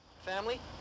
Family